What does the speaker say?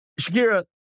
Shakira